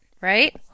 right